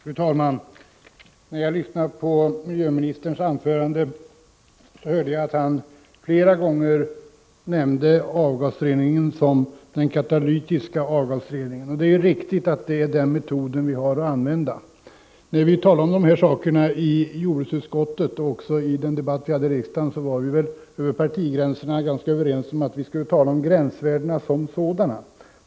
Fru talman! När jag lyssnade på miljöministerns anförande hörde jag att han flera gånger nämnde avgasreningen som ”den katalytiska avgasreningen”, och det är riktigt att det är den metoden vi har att använda. När vi talade om dessa saker i jordbruksutskottet och också i den debatt vi hade i riksdagen var vi över partigränserna överens om att vi skulle tala om gränsvärdena som sådana.